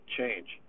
change